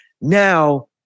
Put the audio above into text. Now